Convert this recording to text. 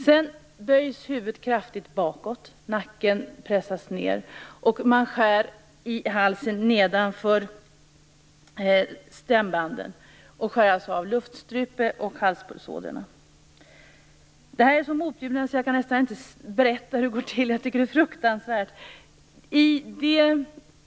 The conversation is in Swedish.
Sedan böjs huvudet kraftigt bakåt, nacken pressas ned och man skär i halsen nedanför stämbanden. Man skär alltså av luftstrupe och halspulsådror. Det är så motbjudande att jag nästan inte kan berätta hur det går till. Jag tycker att det är fruktansvärt.